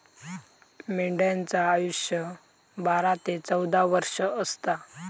मेंढ्यांचा आयुष्य बारा ते चौदा वर्ष असता